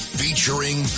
featuring